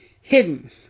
hidden